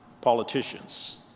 politicians